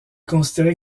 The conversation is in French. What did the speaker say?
considéré